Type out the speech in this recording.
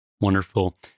Wonderful